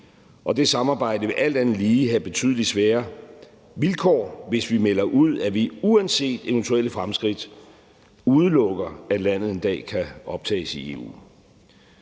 og det samarbejde vil alt andet lige have betydelig sværere vilkår, hvis vi melder ud, at vi uanset eventuelle fremskridt udelukker, at landet en dag kan optages i EU.